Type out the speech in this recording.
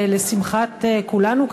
לשמחת כולנו,